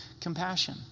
compassion